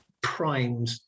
primed